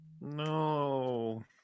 No